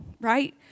right